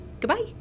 goodbye